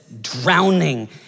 drowning